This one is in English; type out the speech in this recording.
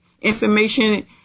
information